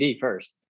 first